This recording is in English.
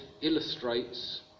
illustrates